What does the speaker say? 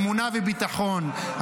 אמונה וביטחון,